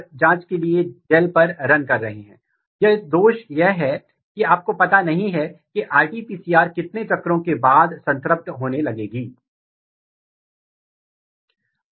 यह केवल प्रत्यक्ष लक्ष्य को सक्रिय करेगा अप्रत्यक्ष लक्ष्य सक्रिय नहीं होगा और यदि यह प्रत्यक्ष लक्ष्य है तो आप प्रभाव को देखेंगे यदि यह प्रत्यक्ष लक्ष्य नहीं है तो आप प्रभाव को नहीं देखेंगे